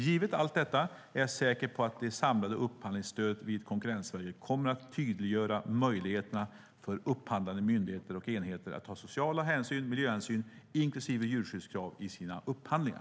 Givet allt detta är jag säker på att det samlade upphandlingsstödet vid Konkurrensverket kommer att tydliggöra möjligheterna för upphandlande myndigheter och enheter att ta sociala hänsyn och miljöhänsyn inklusive beakta djurskyddskraven i sina upphandlingar.